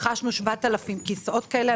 רכשנו 7,000 כיסאות כאלה.